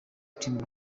team